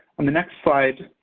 on the next slide,